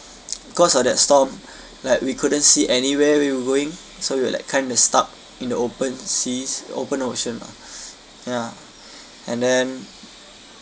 cause of that storm like we couldn't see anywhere we were going so we were like kind of stuck in the open seas open ocean lah ya and then